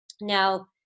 Now